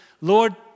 Lord